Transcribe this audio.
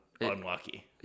unlucky